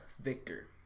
Victor